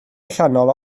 allanol